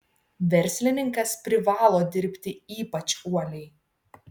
verslininkas privalo dirbti ypač uoliai